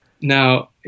Now